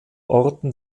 orten